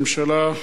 שרים,